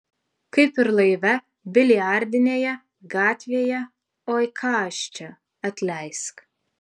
kaip ir laive biliardinėje gatvėje oi ką aš čia atleisk